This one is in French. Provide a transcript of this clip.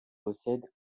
possède